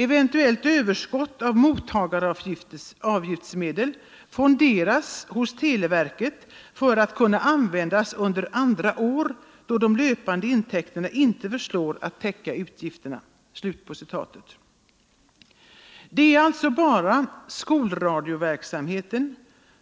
Eventuella överskott av mottagaravgiftsmedel fonderas hos televerket för att kunna användas under andra år, då de löpande intäkterna inte förslår att täcka utgifter ———.” Det är bara skolradioverksamheten,